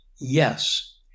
yes